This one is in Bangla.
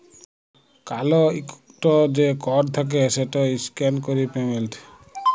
কাল ইকট যে কড থ্যাকে সেট ইসক্যান ক্যরে পেমেল্ট